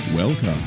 Welcome